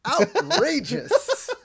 outrageous